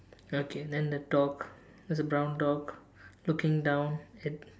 okay then the dog it's a brown dog looking down at